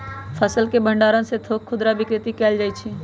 फसल के भण्डार से थोक खुदरा बिक्री कएल जाइ छइ